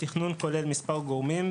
התכנון כולל מספר גורמים,